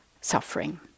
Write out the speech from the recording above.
suffering